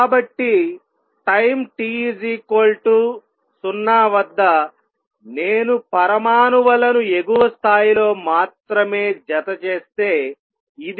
కాబట్టి time t0 వద్ద నేను పరమాణువులను ఎగువ స్థాయిలో మాత్రమే జతచేస్తే ఇది N20